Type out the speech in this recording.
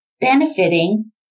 benefiting